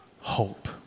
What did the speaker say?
hope